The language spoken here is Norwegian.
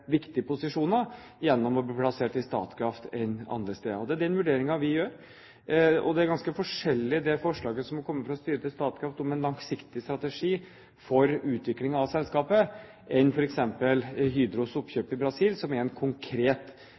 viktige posisjoner gjennom å bli plassert i Statkraft enn andre steder. Det er den vurderingen vi gjør. Det forslaget som er kommet fra styret til Statkraft om en langsiktig strategi for utvikling av selskapet, er ganske forskjellig fra f.eks. Hydros oppkjøp i Brasil, som er en konkret